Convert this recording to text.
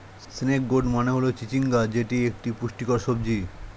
snake gourd মানে হল চিচিঙ্গা যেটি একটি পুষ্টিকর সবজি